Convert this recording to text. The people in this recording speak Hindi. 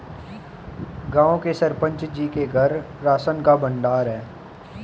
गांव के सरपंच जी के घर राशन का भंडार है